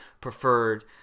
preferred